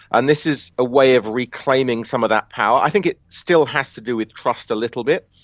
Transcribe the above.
and this is a way of reclaiming some of that power. i think it still has to do with trust a little bit.